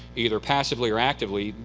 either passively or actively,